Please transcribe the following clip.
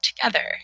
together